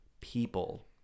People